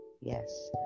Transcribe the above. Yes